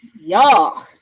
y'all